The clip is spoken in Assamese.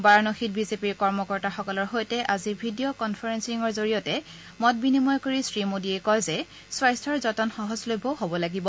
বাৰানসীত বিজেপিৰ কৰ্মকৰ্তাসকলৰ সৈতে আজি ভিডিঅ' কনফাৰেলিঙৰ জৰিয়তে মতামত বিনিময় কৰি শ্ৰী মোদীয়ে কয় যে স্বাস্থ্যৰ যতন সহজলভ্যও হ'ব লাগিব